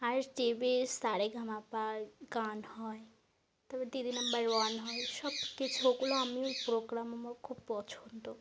আর টিভির সারেগামাপার গান হয় তাপর দিদি নম্বর ওয়ান হয় সব কিছু ওগুলো আমি প্রোগ্রাম আমার খুব পছন্দ